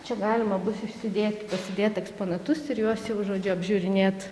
čia galima bus išsėdėt pasidėt eksponatus ir juos jau žodžiu apžiūrinėt